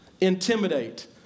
intimidate